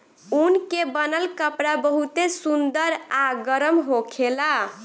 ऊन के बनल कपड़ा बहुते सुंदर आ गरम होखेला